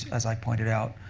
as i pointed out.